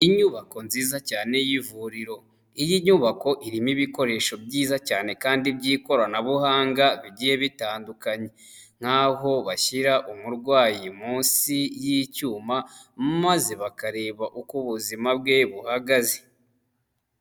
Inyubako nziza cyane y'ivuriro, iyi nyubako irimo ibikoresho byiza cyane kandi by'ikoranabuhanga bigiye bitandukanye, nk'aho bashyira umurwayi munsi y'icyuma maze bakareba uko ubuzima bwe buhagaze.